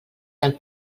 del